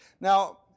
Now